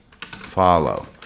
follow